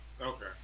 Okay